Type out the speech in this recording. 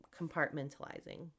compartmentalizing